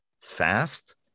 fast